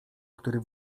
który